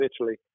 Italy